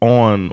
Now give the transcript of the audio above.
on